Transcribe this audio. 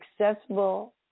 accessible